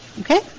Okay